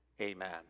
Amen